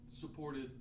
supported